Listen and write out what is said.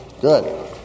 Good